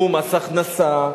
ומס הכנסה,